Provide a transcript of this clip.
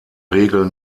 regel